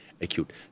acute